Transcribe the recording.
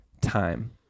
time